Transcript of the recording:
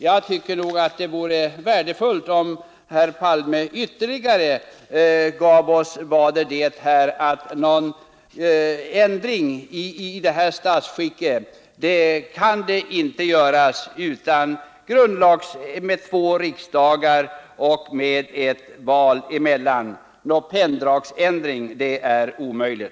Jag tycker att det vore värdefullt om herr Palme ytterligare gav oss besked om att någon ändring i statsskicket inte kan göras med mindre än att en grundlagsändring sker, dvs. beslut av två riksdagar med val emellan. Någon penndragsändring är inte möjlig.